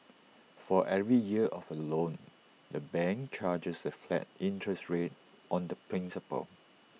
for every year of A loan the bank charges A flat interest rate on the principal